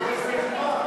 יש רשימה.